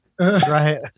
Right